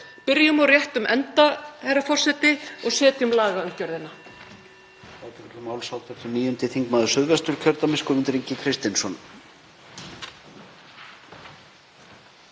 Byrjum á réttum enda, herra forseti, og setjum lagaumgjörðina.